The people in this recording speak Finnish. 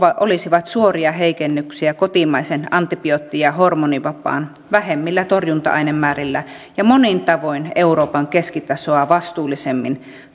olisivat suoria heikennyksiä kotimaisen antibiootti ja hormonivapaan vähemmillä torjunta ainemäärillä ja monin tavoin euroopan keskitasoa vastuullisemmin